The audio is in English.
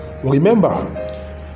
remember